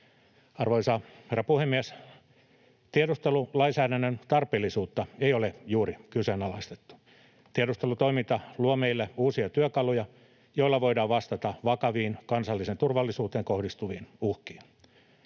Arvoisa herra puhemies! Tiedustelulainsäädännön tarpeellisuutta ei ole juuri kyseenalaistettu. Tiedustelutoiminta luo meille uusia työkaluja, joilla voidaan vastata vakaviin kansalliseen turvallisuuteen kohdistuviin uhkiin.